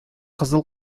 кызыл